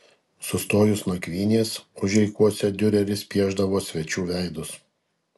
sustojus nakvynės užeigose diureris piešdavo svečių veidus